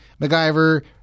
MacGyver